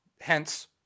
Hence